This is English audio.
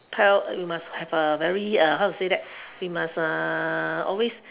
we must have a very uh how to say that we must uh always